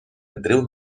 andreu